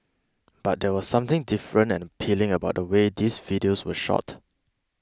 but there was something different and appealing about the way these videos were shot